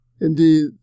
Indeed